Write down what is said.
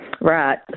Right